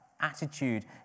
attitude